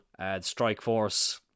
Strikeforce